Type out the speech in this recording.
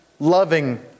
loving